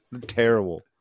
Terrible